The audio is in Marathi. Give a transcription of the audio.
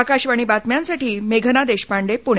आकाशवाणी बातम्यांसाठी मेघना देशपांडे पुणे